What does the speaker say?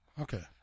okay